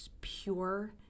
pure